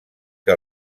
que